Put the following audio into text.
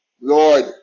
Lord